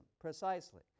precisely